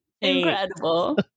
incredible